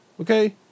Okay